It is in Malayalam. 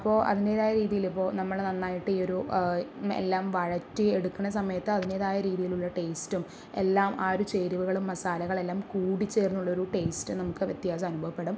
അപ്പോൾ അതിന്റേതായ രീതിയിൽ ഇപ്പോൾ നമ്മൾ നന്നായിട്ട് ഈ ഒരു എല്ലാം വഴറ്റി എടുക്കണ സമയത്ത് അതിന്റേതായ രീതിയിലുള്ള ടേസ്റ്റും എല്ലാം ആ ഒരു ചേരുവകളും മസാലകളും എല്ലാം കൂടി ചേർന്നുള്ളൊരു ടേസ്റ്റ് നമുക്ക് വ്യത്യാസം അനുഭവപ്പെടും